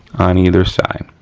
on either side.